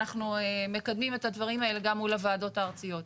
אנחנו מקדמים את הדברים האלה גם מול הוועדות הארציות.